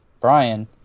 Brian